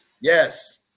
Yes